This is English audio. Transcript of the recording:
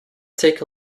take